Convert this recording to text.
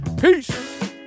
Peace